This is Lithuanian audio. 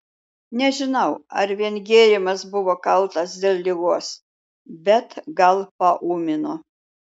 nežinau ar vien gėrimas buvo kaltas dėl ligos bet gal paūmino